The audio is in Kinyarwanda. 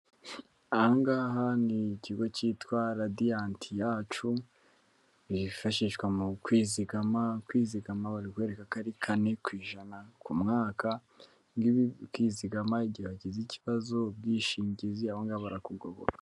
Ahangaha ni ikigo cyitwa Radiyanti yacu bifashishwa mu kwizigama. Kwizigama barakwereka ko ari kane ku ijana ku mwaka. Kwizigama igihe wagize ikibazo ubwishingizi ahonga ngaho bara kugoboka.